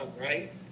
right